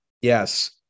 Yes